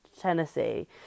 Tennessee